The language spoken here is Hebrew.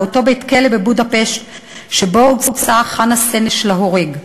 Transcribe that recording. באותו בית-כלא בבודפשט שבו הוצאה חנה סנש להורג.